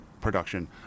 production